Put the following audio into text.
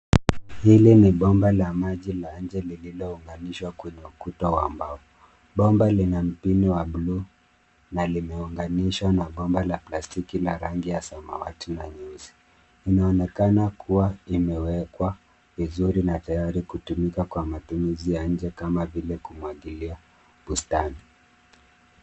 Hili ni bomba la maji la inje lililounganishwa kwa ukuta wa mbao. BOMA Lina mpini wa buluu, na limeunganishwa na bomba la plastiki la rangi ya samawati na nyeusi. Linaonekana kuwa limewekwa vizuri na tayari kutumika kwa matumizi ya inje kama vile kumwagilia bustani.